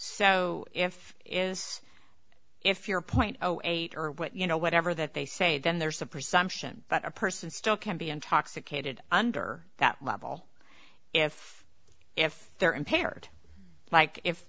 so if is if your point eight or what you know whatever that they say then there's a presumption that a person still can be intoxicated under that level if if they're impaired like if